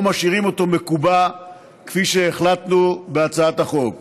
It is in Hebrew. שמשאירים אותו מקובע כפי שהחלטנו בהצעת החוק.